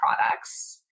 products